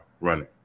running